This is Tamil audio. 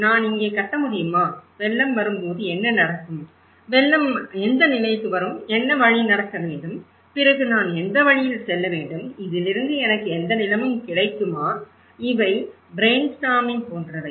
நான் இங்கே கட்ட முடியுமா வெள்ளம் வரும்போது என்ன நடக்கும் வெள்ளம் எந்த நிலைக்கு வரும் என்ன வழி நடக்க வேண்டும் பிறகு நான் எந்த வழியில் செல்ல வேண்டும் இதிலிருந்து எனக்கு எந்த நிலமும் கிடைக்குமா இவை ப்ரெய்ன்ஸ்டார்மிங் போன்றவை